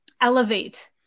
elevate